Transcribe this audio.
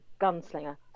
gunslinger